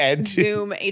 Zoom